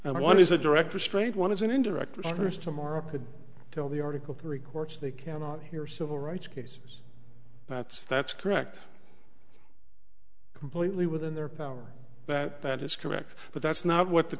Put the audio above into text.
and one is a direct restraint one is an indirect resource tomorrow could kill the article three courts they cannot hear civil rights cases that's that's correct completely within their power that that is correct but that's not what the